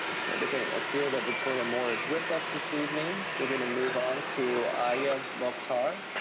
okay, doesn't and appear that victoria moore is with us this evening. we're gonna move on to aya mokhtar.